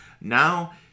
Now